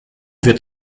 wird